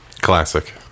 Classic